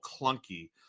clunky